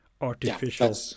artificial